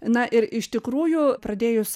na ir iš tikrųjų pradėjus